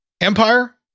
Empire